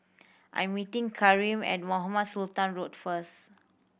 I'm meeting Karim at Mohamed Sultan Road first